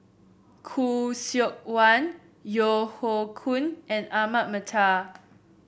Khoo Seok Wan Yeo Hoe Koon and Ahmad Mattar